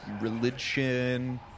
religion